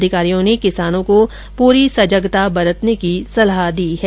अधिकारियों ने किसानों को पूरी सजगता बरतने की सलाह दी है